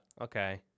Okay